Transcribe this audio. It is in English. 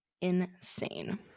Insane